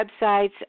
websites